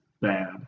bad